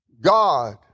God